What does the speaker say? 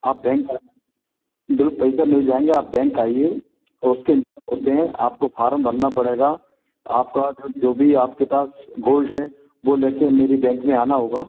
आप बैंक आ बिल पैसा मिल जाएगे आप बैंक आइए और ओसके होते हैं आपको फारम भरना पड़ेगा आपका जो भी आपके पास गोल्ड है वह लेकर मेरे बैंक में आना होगा